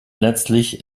letztlich